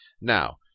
Now